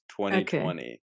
2020